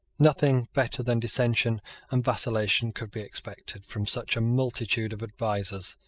nothing better than dissension and vacillation could be expected from such a multitude of advisers.